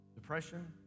Depression